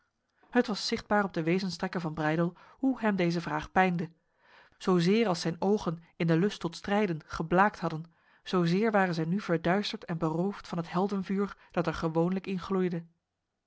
het was zichtbaar op de wezenstrekken van breydel hoe hem deze vraag pijnde zozeer als zijn ogen in de lust tot strijden geblaakt hadden zozeer waren zij nu verduisterd en beroofd van het heldenvuur dat er gewoonlijk